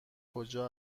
کجا